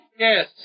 Yes